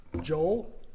Joel